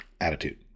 attitude